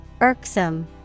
Irksome